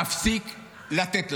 נדאג להפסיק לתת להם.